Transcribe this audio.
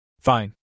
Fine